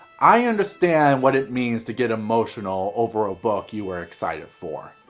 i understand what it means to get emotional over a book you were excited for.